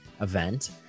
event